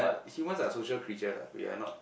humans are social creature lah we are not